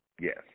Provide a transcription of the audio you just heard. Yes